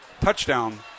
touchdown